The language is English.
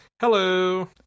Hello